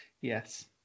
Yes